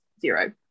zero